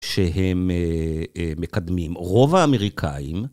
שהם מקדמים, רוב האמריקאים...